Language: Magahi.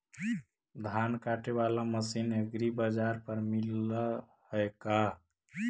धान काटे बाला मशीन एग्रीबाजार पर मिल है का?